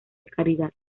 caridad